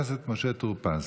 חבר הכנסת משה טור פז.